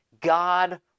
God